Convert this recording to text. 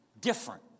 different